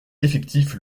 effectif